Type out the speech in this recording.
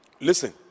Listen